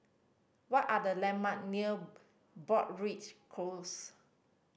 what are the landmark near Broadrick Close